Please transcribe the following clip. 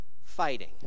fighting